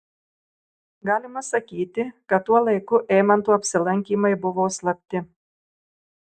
galima sakyti kad tuo laiku eimanto apsilankymai buvo slapti